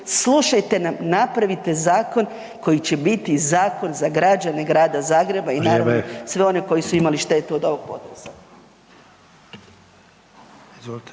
slušajte, napravite zakon koji će biti zakon za građane Grada Zagreba i naravno …/Upadica: Vrijeme./… sve one koji su imali štetu od ovog potresa.